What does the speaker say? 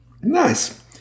Nice